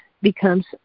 becomes